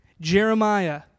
Jeremiah